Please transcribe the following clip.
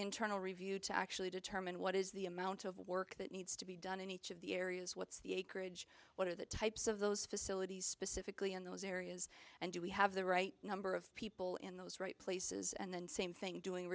internal review to actually determine what is the amount of work that needs to be done in each of the areas what's the acreage what are the types of those facilities specifically in those areas and do we have the right number of people in those right places and then same thing doing